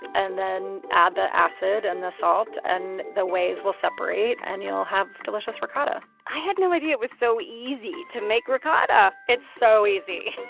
and then add the acid and the salt, and the ways will separate, and you'll have delicious ricotta i had no idea it was so easy to make ricotta it's so easy